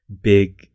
big